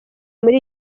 muri